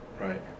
Right